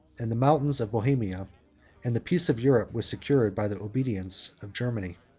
and the mountains of bohemia and the peace of europe was secured by the obedience of germany.